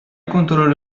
کنترل